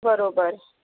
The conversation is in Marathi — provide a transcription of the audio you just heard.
बरोबर